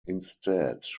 instead